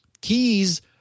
Keys